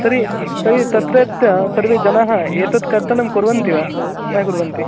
तर्हि तर्हि तत्रत्याः सर्वेजनाः एतत् कर्तनं कुर्वन्ति वा न कुर्वन्ति